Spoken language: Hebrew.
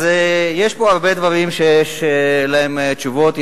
אז יש פה הרבה דברים שיש להם תשובות,